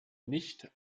nicht